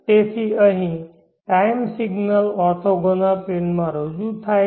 તેથી અહીં time signal orthogonal plane માં રજૂ થાય છે